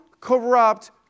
corrupt